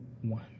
one